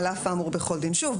שוב,